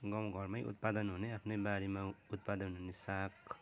गाउँ घरमै उत्पादन हुने आफ्नै बारीमा उत्पादन हुने साग